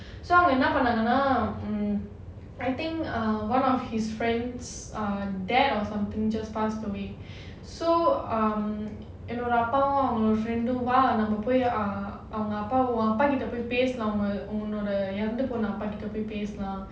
so அவங்க என்ன பண்ணாங்கன்னு:avanga enna pannaanagannu mm I think err one of his friends uh dad or something just passed away so um என்னோட அப்பாவும் அவங்களோட:ennoda appavum avangaloda friend ம் வா நாம போய் அவங்க உங்க அப்பா கிட்ட பேசலாம் உன்னோட இறந்து போன அப்பா கிட்ட பேசலாம்னு:um vaa naama poi avanga appa kitta unnoda irandhu pona appa kitta peslaamnu